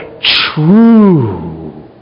true